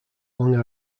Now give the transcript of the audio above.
long